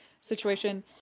situation